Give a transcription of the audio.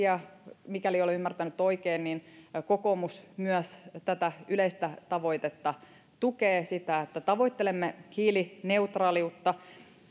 ja mikäli olen ymmärtänyt oikein niin kokoomus myös tätä yleistä tavoitetta tukee sitä että tavoittelemme hiilineutraaliutta